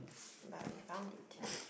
but we found it